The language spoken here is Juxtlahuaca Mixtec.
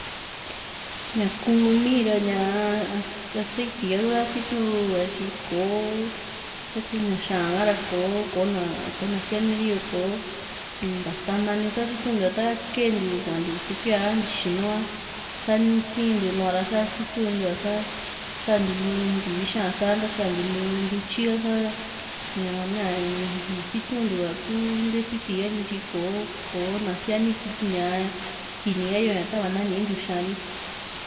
ña kuu mii ra ñaa asiti ra sitiun ka tyi kò´o taku ña xa´an a´ra ko kò´o kona siani ri yo kò´o nta sanana ni sa situn ntiu ta keentiu kuantiu sukuilla a ntixinu a sa sii´ntiu lua´ra sa sitiuntiua sa´ntiu ntivi xa´an sa ntatyantiu lu ntutyi ka sa ñaa mia´ña sitiuntiu ka kuu nte siti ha nityi ko kò´o na siani kini ha yoo tava na nintiu xa´an ri.